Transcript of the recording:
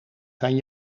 kan